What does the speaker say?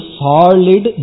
solid